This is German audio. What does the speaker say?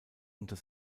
unter